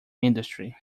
industry